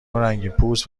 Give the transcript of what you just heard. رنگینپوست